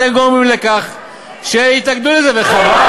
אתם דווקא מביאים את זה היום,